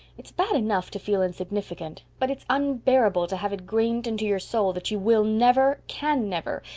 it's bad enough to feel insignificant, but it's unbearable to have it grained into your soul that you will never, can never,